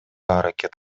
аракет